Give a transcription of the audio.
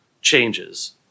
changes